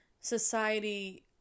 society